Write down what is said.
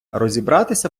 розібратися